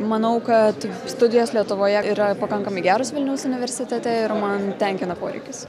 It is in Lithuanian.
manau kad studijos lietuvoje yra pakankamai geros vilniaus universitete ir man tenkina poreikius